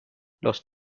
los